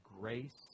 grace